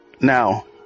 now